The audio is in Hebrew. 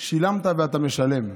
שילמת ואתה משלם,